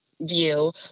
view